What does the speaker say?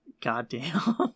Goddamn